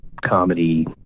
comedy